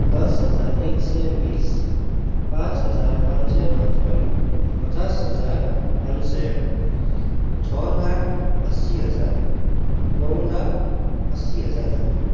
दस हजार एक सय बिस पाँच हजार पाँच सय पचपन्न पचास हजार पाँच सय छ लाख असी हजार नौ लाख असी हजार